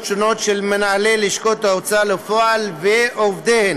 שונות של מנהלי לשכות ההוצאה לפועל ועובדיהן,